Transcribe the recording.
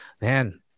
man